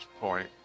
point